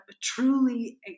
truly